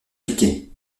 piquer